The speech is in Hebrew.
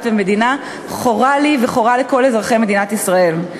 ומדינה חורה לי וחורה לכל אזרחי מדינת ישראל.